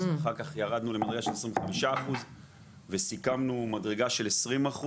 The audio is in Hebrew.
אחר כך ירדנו למדרגה של 25% וסיכמנו מדרגה של 20%,